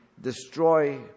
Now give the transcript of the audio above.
destroy